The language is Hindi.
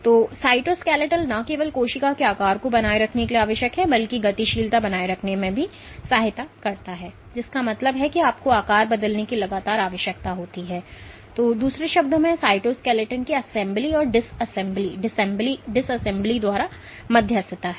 तो साइटोस्केलेटल न केवल कोशिका के आकार को बनाए रखने के लिए आवश्यक है बल्कि गतिशीलता में बनाए रखने या सहायता करने के लिए भी है जिसका मतलब होगा कि आपको आकार बदलने की लगातार आवश्यकता होती है या दूसरे शब्दों में यह साइटोसस्केलेटन की असेंबली और डिससेंबली द्वारा मध्यस्थता है